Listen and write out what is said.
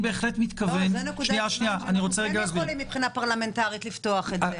זו נקודת זמן שאנו כן יכולים פרלמנטרית לפתוח את זה.